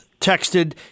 texted